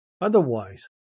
Otherwise